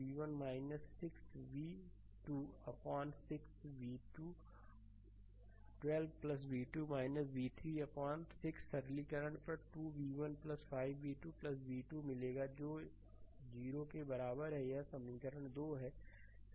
तो v1 6 v2 अपान 6 v2 12 v2 v3 अपान 6 सरलीकरण पर 2 v1 5 v2 v2 मिलेगा जो 0 यह समीकरण 2 है